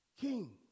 king